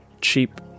cheap